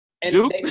Duke